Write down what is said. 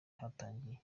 hatangiye